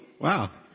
Wow